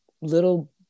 little